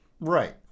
right